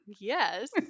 yes